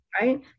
right